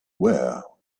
where